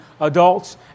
adults